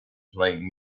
playing